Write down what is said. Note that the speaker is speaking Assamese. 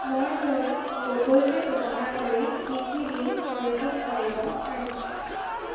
মই মোৰ গুগল পে' ব্যৱহাৰ কৰি কি কি বিল পৰিশোধ কৰিব পাৰোঁ